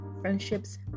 friendships